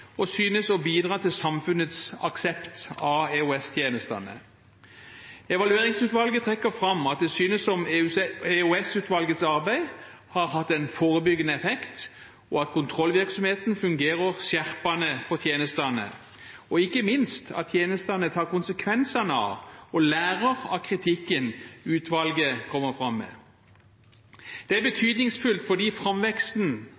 og synes å bidra til samfunnets aksept av EOS-tjenestene. Evalueringsutvalget trekker fram at det synes som om EOS-utvalgets arbeid har hatt en forebyggende effekt, at kontrollvirksomheten fungerer skjerpende på tjenestene, og ikke minst at tjenestene tar konsekvensen av og lærer av kritikken som utvalget kommer fram med. Det er